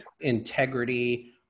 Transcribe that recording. integrity